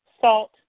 Salt